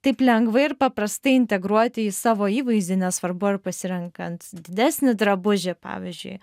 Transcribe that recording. taip lengvai ir paprastai integruoti į savo įvaizdį nesvarbu ar pasirenkant didesnį drabužį pavyzdžiui